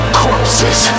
corpses